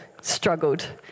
struggled